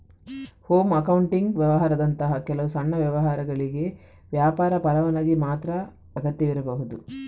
home accounting ವ್ಯವಹಾರದಂತಹ ಕೆಲವು ಸಣ್ಣ ವ್ಯವಹಾರಗಳಿಗೆ ವ್ಯಾಪಾರ ಪರವಾನಗಿ ಮಾತ್ರ ಅಗತ್ಯವಿರಬಹುದು